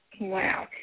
Wow